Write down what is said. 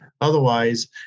Otherwise